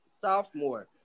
sophomore